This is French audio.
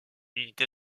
unité